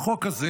החוק הזה